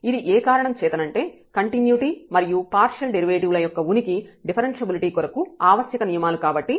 ఇది ఏ కారణం చేతనంటే కంటిన్యుటీ మరియు పార్షియల్ డెరివేటివ్ ల యొక్క ఉనికి డిఫరెన్ష్యబిలిటీ కొరకు ఆవశ్యక నియమాలు కాబట్టి